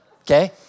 okay